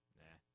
nah